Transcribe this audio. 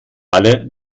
alle